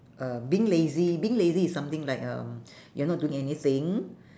uh being lazy being lazy is something like um you're not doing anything